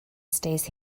stays